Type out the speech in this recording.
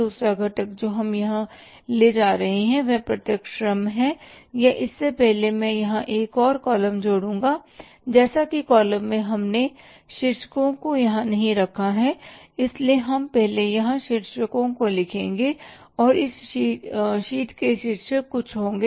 दूसरा घटक जो हम यहां ले जा रहे हैं वह प्रत्यक्ष श्रम है या इससे पहले कि मैं यहां एक और कॉलम जोड़ूंगा जैसा कि कॉलम में हमने शीर्षकों को यहां नहीं रखा है इसलिए हम पहले यहां शीर्षकों को लिखें और इस शीट के शीर्षक कुछ होंगे